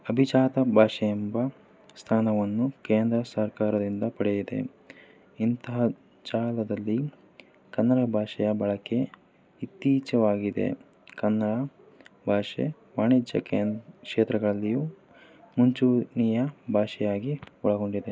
ಅಭಿಜಾತ ಭಾಷೆ ಎಂಬ ಸ್ಥಾನವನ್ನು ಕೇಂದ್ರ ಸರ್ಕಾರದಿಂದ ಪಡೆದಿದೆ ಇಂತಹ ಜಾಗದಲ್ಲಿ ಕನ್ನಡ ಭಾಷೆಯ ಬಳಕೆ ಇತ್ತೀಚವಾಗಿದೆ ಕನ್ನಡ ಭಾಷೆ ವಾಣಿಜ್ಯ ಕೇನ್ ಕ್ಷೇತ್ರಗಳಲ್ಲಿಯೂ ಮುಂಚೂಣಿಯ ಭಾಷೆಯಾಗಿ ಒಳಗೊಂಡಿದೆ